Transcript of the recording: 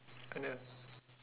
oh no